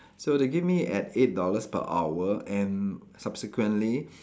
so they gave me at eight dollars per hour and subsequently